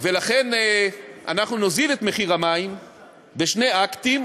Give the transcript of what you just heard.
לכן, אנחנו נוזיל את מחיר המים בשני אקטים.